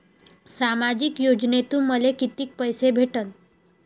सामाजिक योजनेतून मले कितीक पैसे भेटन?